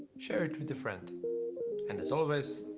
share it with your friend and as always.